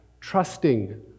trusting